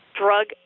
drug